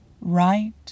Right